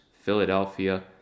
philadelphia